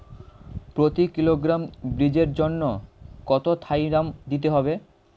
প্রতি কিলোগ্রাম বীজের জন্য কত থাইরাম দিতে হবে?